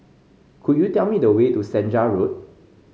could you tell me the way to Senja Road